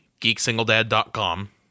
geeksingledad.com